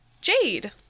Jade